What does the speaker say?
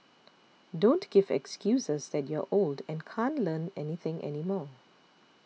don't give excuses that you're old and can't Learn Anything anymore